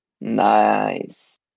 Nice